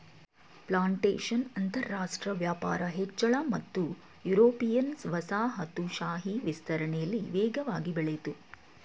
plantation ಅಂತರಾಷ್ಟ್ರ ವ್ಯಾಪಾರ ಹೆಚ್ಚಳ ಮತ್ತು ಯುರೋಪಿಯನ್ ವಸಾಹತುಶಾಹಿ ವಿಸ್ತರಣೆಲಿ ವೇಗವಾಗಿ ಬೆಳಿತು